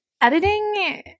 editing